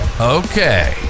Okay